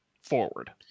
forward